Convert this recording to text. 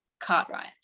Cartwright